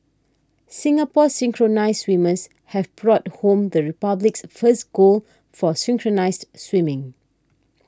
Singapore's synchronised swimmers have brought home the Republic's first gold for synchronised swimming